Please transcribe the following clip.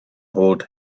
hold